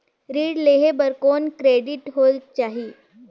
ऋण लेहे बर कौन क्रेडिट होयक चाही?